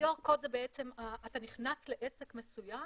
זה בעצם אתה נכנס לעסק מסוים,